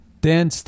Dan